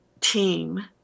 team